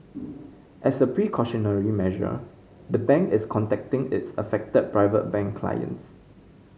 as a precautionary measure the bank is contacting its affected Private Bank clients